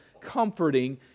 comforting